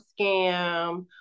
scam